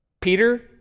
Peter